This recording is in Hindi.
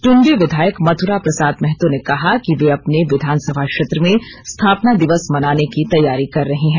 टुन्डी विधायक मथुरा प्रसाद महतो ने कहा कि वे अपने विधानसभा क्षेत्र में स्थापना दिवस मनाने की तैयारी कर रहे हैं